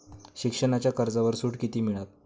शिक्षणाच्या कर्जावर सूट किती मिळात?